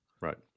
Right